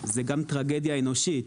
זה גם טרגדיה אנושית.